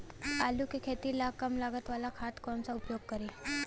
आलू के खेती ला कम लागत वाला खाद कौन सा उपयोग करी?